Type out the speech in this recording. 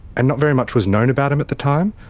and not very much was known about him at the time.